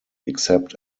except